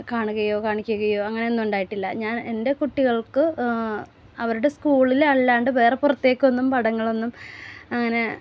കാണുകയോ കാണിക്കുകയോ അങ്ങനെയൊന്നും ഉണ്ടായിട്ടില്ല ഞാൻ എൻ്റെ കുട്ടികൾക്ക് അവരുടെ സ്കൂളിലല്ലാണ്ട് വേറെ പുറത്തേക്കൊന്നും പടങ്ങളൊന്നും അങ്ങനെ